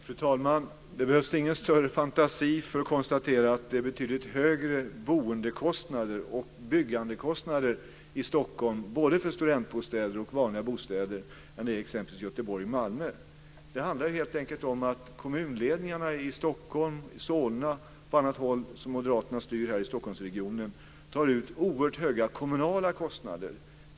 Fru talman! Det behövs ingen större fantasi för att konstatera att det är betydligt högre boendekostnader och byggnadskostnader i Stockholm än i exempelvis Det handlar helt enkelt om att kommunledningarna i Stockholm, i Solna och på annat håll där Moderaterna styr här i Stockholmsregionen, tar ut oerhört höga kommunala kostnader.